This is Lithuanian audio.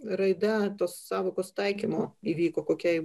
raida tos sąvokos taikymo įvyko kokiai